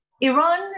Iran